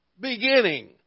Beginning